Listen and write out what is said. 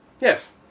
Yes